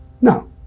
No